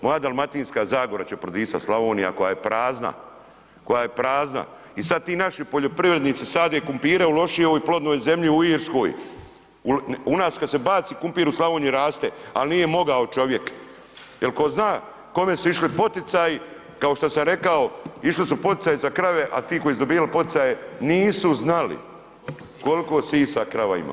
Moja Dalmatinska zagora će prodisat, Slavonija koja je prazna, koja je prazna i sad ti naši poljoprivrednice sade krumpire u lošijoj plodnoj zemlji u Irskoj, u nas kad se baci krumpir u Slavoniji raste, ali nije mogao čovjek jel tko zna kome su išli poticaji, kao što sam rekao išli su poticaji za krave, a ti koji su dobivali poticaje nisu znali koliko sisa krava ima.